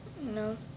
No